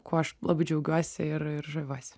kuo aš labai džiaugiuosi ir ir žaviuosi